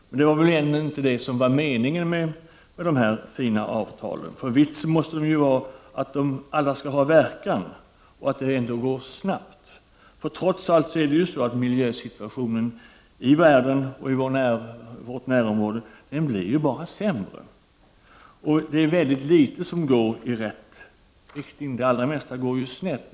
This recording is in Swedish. Men det var inte det som var meningen med dessa fina avtal. Vitsen måste vara att de alla skall ha verkan och att det skall gå snabbt. Trots allt blir miljösituationen i världen och i vårt närområde bara sämre. Det är mycket litet som går i rätt riktning. Det allra mesta går snett.